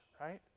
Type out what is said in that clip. right